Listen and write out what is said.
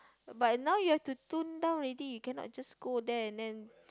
but now you have to tone down already you cannot just go there and then